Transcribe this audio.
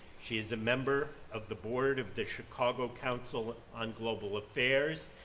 she is a member of the board of the chicago council on global affairs,